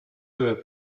peu